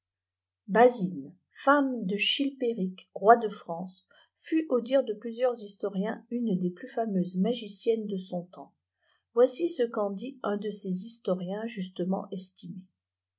bazine femme de childéric roi de france fut au dire de plusieurs historiens une des plus fameuses magiciennes de son temps voici ce qu'en dit un de ces historiens justement estimé